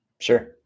Sure